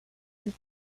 and